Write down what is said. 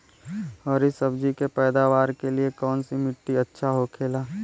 हरी सब्जी के पैदावार के लिए कौन सी मिट्टी अच्छा होखेला?